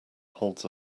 holds